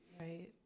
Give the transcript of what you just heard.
Right